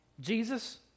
Jesus